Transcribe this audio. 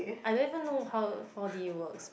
I don't even know how how four-D works